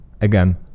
again